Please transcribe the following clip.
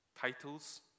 titles